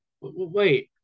Wait